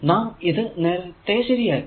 നാം ഇത് നേരത്തെ ശരിയാക്കി